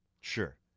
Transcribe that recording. sure